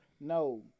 No